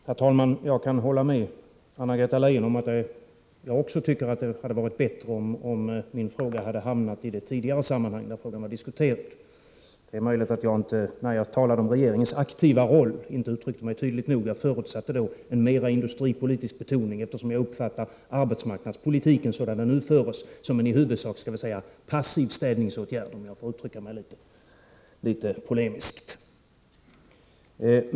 Herr talman! Även jag tycker att det hade varit bättre om min fråga hade kommit upp i det tidigare sammanhang där den här saken diskuterades. Det är möjligt att jag, när jag talade om regeringens aktiva roll, inte uttryckte mig tydligt nog. Jag förutsatte då en mera industripolitisk betoning, eftersom jag uppfattar den arbetsmarknadspolitik som nu förs som en i huvudsak passiv städningsåtgärd — om jag får uttrycka mig litet polemiskt.